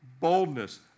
boldness